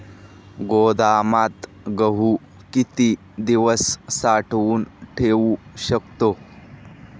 गोदामात गहू किती दिवस साठवून ठेवू शकतो?